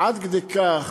עד כדי כך